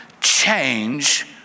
change